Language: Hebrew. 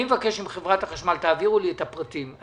אני מבקש שתעבירו לי את הפרטים לגבי חברת החשמל.